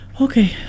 Okay